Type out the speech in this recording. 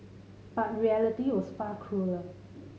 but reality was far crueller